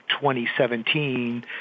2017